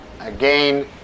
again